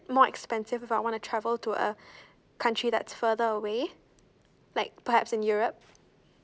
more expensive if I wanna travel to a country that's further away like perhaps in europe